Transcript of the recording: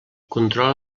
controla